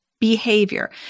behavior